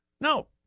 No